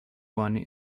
one